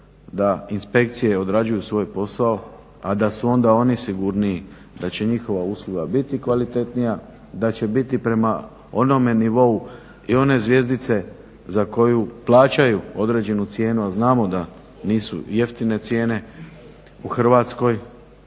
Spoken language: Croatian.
da inspekcije odrađuju svoj posao a da su onda oni sigurniji da će njihova usluga biti kvalitetnija, da će biti prema onome nivou i one zvjezdice za koju plaćaju određenu cijenu. A znamo da nisu jeftine cijene u Hrvatskoj,